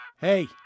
Hey